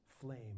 flame